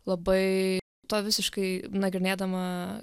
labai to visiškai nagrinėdama